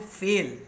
fail